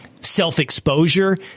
self-exposure